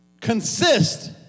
consist